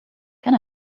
can